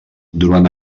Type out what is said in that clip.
durant